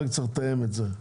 רק צריך לתאם את זה.